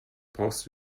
brauchst